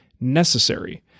necessary